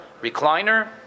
recliner